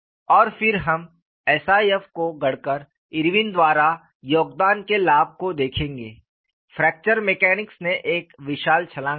और फिर हम SIF को गढ़कर इरविन द्वारा योगदान के लाभ को देखेंगे फ्रैक्चर मैकेनिक्स ने एक विशाल छलांग लगाई